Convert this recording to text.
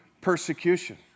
persecution